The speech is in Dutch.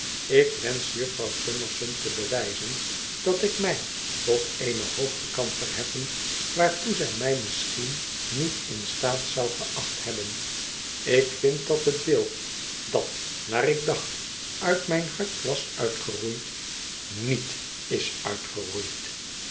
ik wensch jufvrouw summerson te bewijzen dat ik mij tot eene hoogte kan verheffen waartoe zij mij misschien niet in staat zou geacht hebben ik vind dat het beeld dat naar ik dacht uit mijn hart was uitgeroeid niet is uitgeroeid